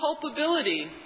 culpability